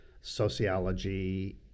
sociology